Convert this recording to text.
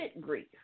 grief